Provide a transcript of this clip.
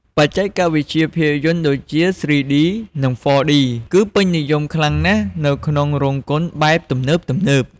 បច្ចេកវិទ្យាភាពយន្តដូចជា ស្រុីឌី និង ហ្វរឌី គឺពេញនិយមខ្លាំងណាស់នៅក្នុងរោងកុនបែបទំនើបៗ។